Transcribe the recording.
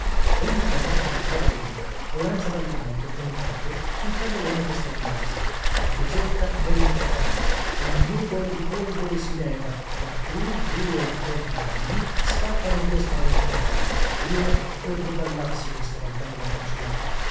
qual volta ne trova uno lo lancia dallalto con garbo sul tavolone che sta in mezzo la chiesetta ne rintrona un nugolo di polvere si leva da cui due o tre ragni scappano via spaventati io accorro dallabside scavalcando la cancellata